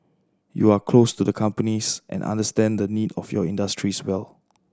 you are close to the companies and understand the need of your industries well